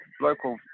local